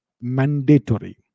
mandatory